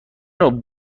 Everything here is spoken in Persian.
نوع